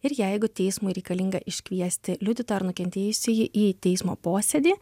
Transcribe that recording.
ir jeigu teismui reikalinga iškviesti liudytoją ar nukentėjusįjį į teismo posėdį